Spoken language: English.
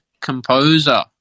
composer